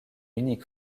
unique